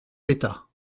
l’état